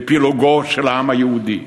לפילוגו של העם היהודי.